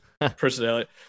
Personality